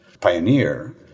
pioneer